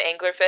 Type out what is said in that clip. anglerfish